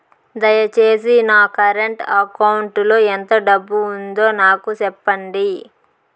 దయచేసి నా current account లో ఎంత డబ్బు ఉందో నాకు సెప్పండి